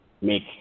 make